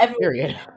period